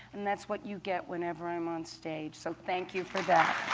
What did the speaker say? and that's what you get whenever i'm onstage. so thank you for that.